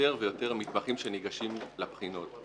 יותר ויותר מתמחים שניגשים לבחינות,